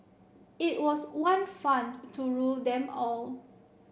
it was the one fund to rule them all